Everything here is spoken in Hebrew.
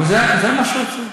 אבל זה מה שעשו.